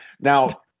Now